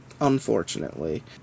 unfortunately